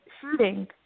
shooting